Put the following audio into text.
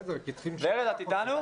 את אתנו?